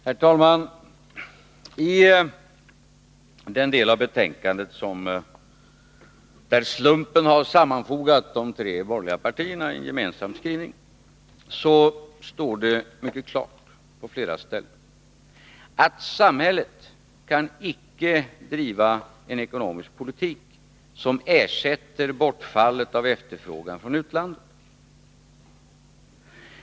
Herr talman! I den del av betänkandet där slumpen har sammanfogat de tre borgerliga partierna i en gemensam skrivning står det på flera ställen mycket klart att samhället icke kan driva en ekonomisk politik som ersätter bortfallet av efterfrågan från utlandet.